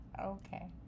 Okay